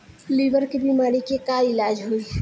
Liver के बीमारी के का इलाज होई?